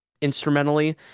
instrumentally